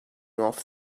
off